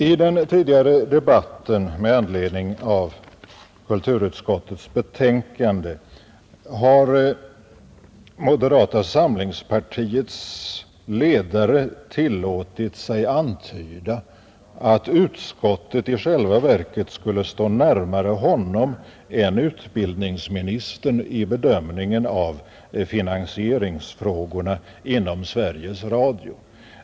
I den tidigare debatten med anledning av kulturutskottets betänkande har moderata samlingspartiets ledare tillåtit sig antyda att utskottet i själva verket skulle stå närmare honom än utbildningsministern i bedömningen av finansieringsfrågorna inom Sveriges Radio.